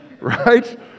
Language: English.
right